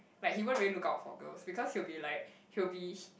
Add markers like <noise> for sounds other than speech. like he won't really look out for girls because he will be like he will be <breath>